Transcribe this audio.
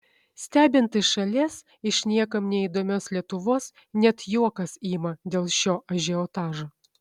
stebint iš šalies iš niekam neįdomios lietuvos net juokas ima dėl šio ažiotažo